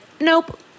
Nope